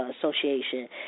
Association